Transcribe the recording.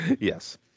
Yes